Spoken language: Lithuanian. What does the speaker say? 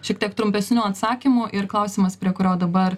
šiek tiek trumpesnių atsakymų ir klausimas prie kurio dabar